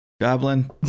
Goblin